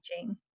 teaching